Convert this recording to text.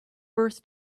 birth